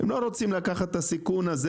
הם לא רוצים לקחת את הסיכון הזה,